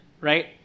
right